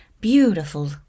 beautiful